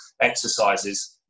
exercises